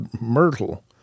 Myrtle